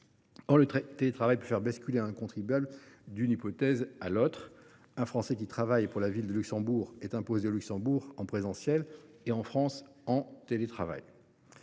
Or le télétravail peut faire basculer un contribuable d’une hypothèse à l’autre. Un Français qui travaille pour la ville de Luxembourg est imposé au Luxembourg en présentiel, mais en France en télétravail.